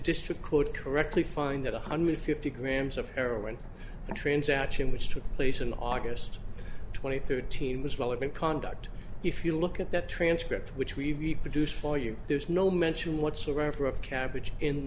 district court correctly find that one hundred fifty grams of heroin transaction which took place on august twenty third team is relevant conduct if you look at that transcript which we've produced for you there's no mention whatsoever of cabbage in